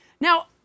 Now